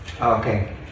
okay